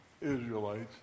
Israelites